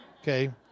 Okay